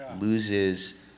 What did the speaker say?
loses